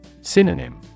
Synonym